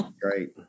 Great